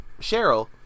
cheryl